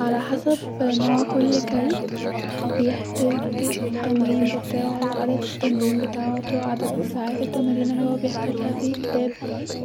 علي حسب نوع كل كلب- بيحتاج التمرين بتاعو-عدد التمارين بتاعتو عدد الساعات التمارين بتاعتو الي بيحتاجها- في كلاب